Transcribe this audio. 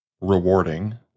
rewarding